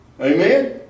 Amen